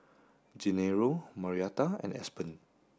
Gennaro Marietta and Aspen